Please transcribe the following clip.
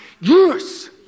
yes